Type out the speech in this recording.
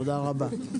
תודה רבה.